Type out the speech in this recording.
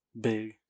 Big